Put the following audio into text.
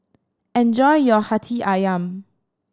enjoy your Hati Ayam